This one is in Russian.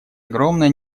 огромное